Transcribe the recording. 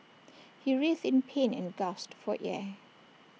he writhed in pain and gasped for air